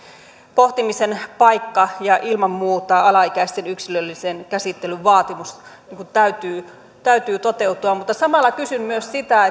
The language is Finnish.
pohtimisen paikka ja ilman muuta alaikäisten yksilöllisen käsittelyn vaatimuksen täytyy täytyy toteutua mutta samalla kysyn myös sitä